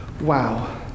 Wow